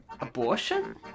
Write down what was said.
abortion